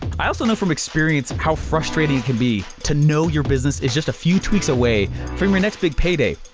i also know from experience how frustrating it can be to know your business is just a few tweaks away from your next big payday,